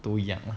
都一样 lah